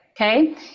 okay